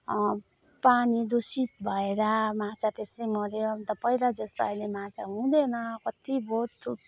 पानी दूषित भएर माछा त्यसै मर्यो अन्त पहिला जस्तो माछा अहिले हुँदैन कति बहुत